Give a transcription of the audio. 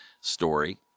story